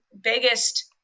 biggest